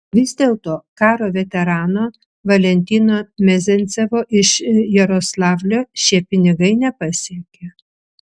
vis dėlto karo veterano valentino mezencevo iš jaroslavlio šie pinigai nepasiekė